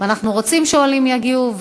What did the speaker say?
ואנחנו רוצים שעולים יגיעו.